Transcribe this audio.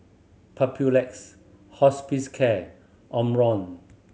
Papulex Hospicare Omron